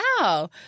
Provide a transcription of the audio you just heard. wow